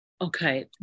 Okay